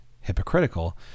hypocritical